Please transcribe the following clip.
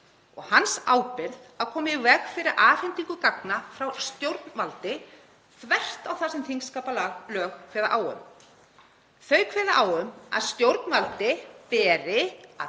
og hans ábyrgð að koma í veg fyrir afhendingu gagna frá stjórnvaldi þvert á það sem þingskapalög kveða á um. Þau kveða á um að stjórnvaldi beri að